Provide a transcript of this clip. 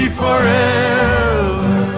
forever